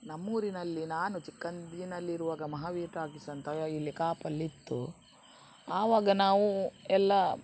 ನಮ್ಮೂರಿನಲ್ಲಿ ನಾನು ಚಿಕ್ಕಂದಿನಲ್ಲಿರುವಾಗ ಮಹಾವೀರ್ ಟಾಕೀಸ್ ಅಂತ ಇಲ್ಲಿ ಕಾಪಲ್ಲಿ ಇತ್ತು ಆವಾಗ ನಾವು ಎಲ್ಲಾ